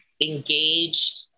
engaged